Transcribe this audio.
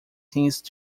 since